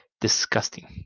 Disgusting